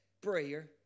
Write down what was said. prayer